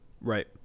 Right